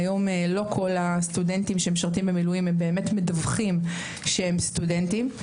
כיום לא כל הסטודנטים שמשרתים במילואים באמת מדווחים שהם סטודנטים.